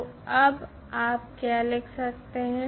तो अब आप क्या लिख सकते हैं